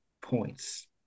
points